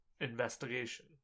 investigation